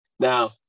Now